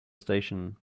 station